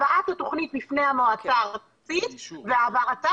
הבאת התכנית בפני המועצה הארצית והעברתה